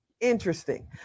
interesting